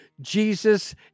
Jesus